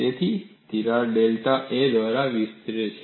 તેથી તિરાડ delta A દ્વારા વિસ્તરે છે